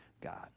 God